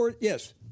Yes